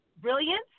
Brilliance